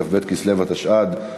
כ"ב בכסלו התשע"ד,